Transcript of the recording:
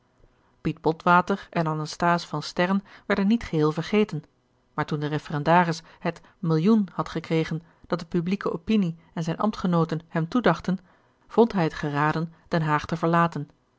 piet botwater en anasthase van sterren werden niet geheel vergeten maar toen de referendaris het millioen had gekregen dat de publieke opinie en zijne ambtgenooten hem toedachten vond hij het geraden den haag te verlaten